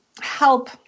help